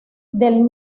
del